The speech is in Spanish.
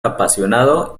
apasionado